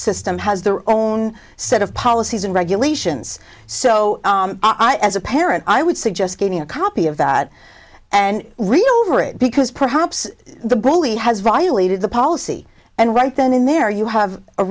system has their own set of policies and regulations so i as a parent i would suggest getting a copy of that and real over it because perhaps the bully has violated the policy and right then and there you have a